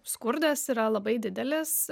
skurdas yra labai didelis